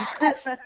Yes